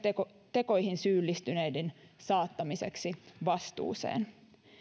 tekoihin syyllistyneiden saattamiseksi vastuuseen